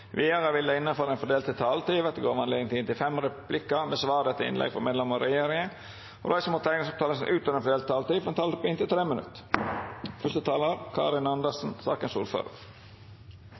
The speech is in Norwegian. Vidare vil det – innanfor den fordelte taletida – verta gjeve anledning til inntil fem replikkar med svar etter innlegg frå medlemer av regjeringa, og dei som måtte teikna seg på talarlista utover den fordelte taletida, får ei taletid på inntil 3 minutt.